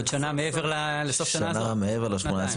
עוד שנה מעבר לסוף שנה הזאת.